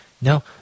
No